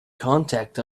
contact